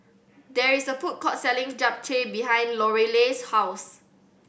there is a food court selling Japchae behind Lorelei's house